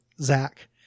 Zach